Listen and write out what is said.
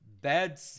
bad